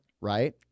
right